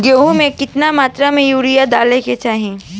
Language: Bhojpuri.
गेहूँ में केतना मात्रा में यूरिया डाले के चाही?